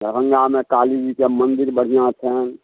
दरभङ्गामे कालीजीके मन्दिर बढ़िआँ छनि